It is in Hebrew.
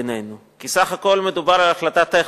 כי בסך הכול מדובר על החלטה טכנית.